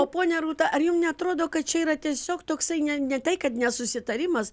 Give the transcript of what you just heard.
o ponia rūta ar jum neatrodo kad čia yra tiesiog toksai ne ne tai kad nesusitarimas